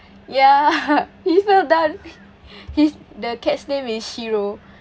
ya he's so done his the cat's name is shiro